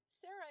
Sarah